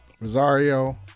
Rosario